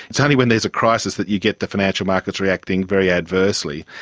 it's only when there is a crisis that you get the financial markets reacting very adversely.